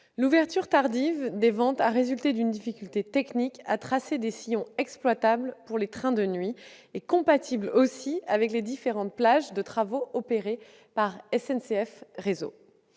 L'ouverture tardive des ventes a résulté d'une difficulté technique à tracer des sillons exploitables pour les trains de nuit et compatibles avec les différentes plages de travaux opérés par SNCF Réseau.